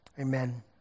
Amen